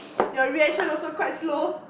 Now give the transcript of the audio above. your reaction also quite slow